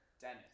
Dennis